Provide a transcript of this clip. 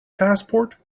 passport